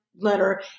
letter